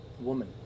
woman